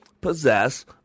possess